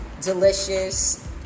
delicious